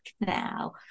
now